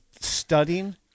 studying